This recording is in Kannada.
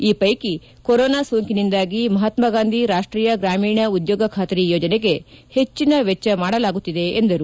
ಈ ಪೈಕಿ ಕೊರೊನಾ ಸೋಂಕಿನಿಂದಾಗಿ ಮಹಾತ್ಮಗಾಂಧಿ ರಾಷ್ವೀಯ ಗ್ರಾಮೀಣ ಉದ್ಯೋಗ ಬಾತ್ರಿ ಯೋಜನೆಗೆ ಹೆಚ್ಚಿನ ವೆಚ್ಚ ಮಾಡಲಾಗುತ್ತಿದೆ ಎಂದರು